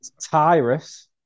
Tyrus